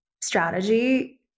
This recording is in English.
strategy